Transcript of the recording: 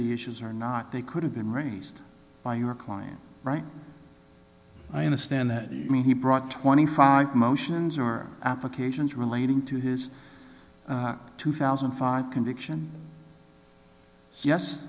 the issues or not they could have been raised by your client right i understand that you mean he brought twenty five motions or applications relating to his two thousand and five conviction yes